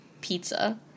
pizza